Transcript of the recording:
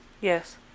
Yes